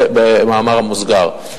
זה במאמר מוסגר.